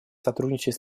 сотрудничать